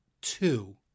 two